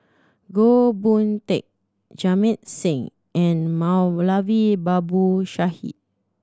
Goh Boon Teck Jamit Singh and Moulavi Babu Sahib